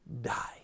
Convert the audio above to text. die